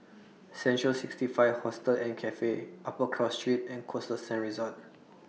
Central sixty five Hostel and Cafe Upper Cross Street and Costa Sands Resort